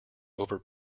over